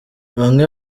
bamwe